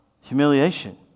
humiliation